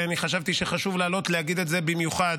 ואני חשבתי שחשוב לעלות להגיד את זה במיוחד,